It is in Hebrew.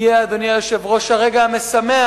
הגיע, אדוני היושב-ראש, הרגע המשמח.